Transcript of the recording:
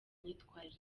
myitwarire